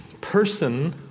person